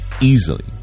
easily